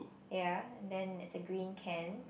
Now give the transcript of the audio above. ya then is a green can